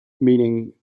meaning